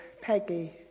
Peggy